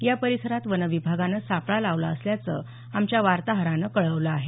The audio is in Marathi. या परिसरात वनविभागानं सापळा लावला असल्याचं आमच्या वार्ताहरानं कळवलं आहे